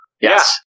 Yes